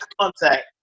contact